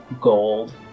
gold